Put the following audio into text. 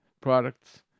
products